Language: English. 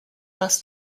bus